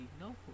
No